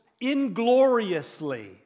ingloriously